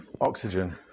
Oxygen